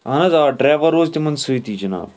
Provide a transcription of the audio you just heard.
اَہَن حظ آ ڈریوَر روزِ تِمَن سٟتی جِناب